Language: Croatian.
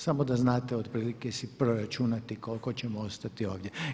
Samo da znate otprilike si proračunati koliko ćemo ostati ovdje.